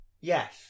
Yes